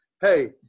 hey